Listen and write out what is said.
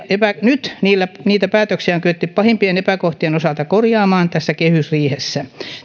nyt niitä päätöksiä on kyetty pahimpien epäkohtien osalta korjaamaan tässä kehysriihessä